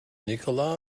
nikola